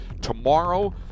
Tomorrow